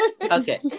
Okay